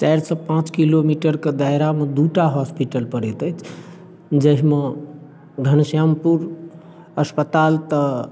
चारिसँ पाँच किलोमीटरके दायरामे दुइ टा हॉस्पिटल पड़ैत अछि जाहिमे घनश्यामपुर अस्पताल तऽ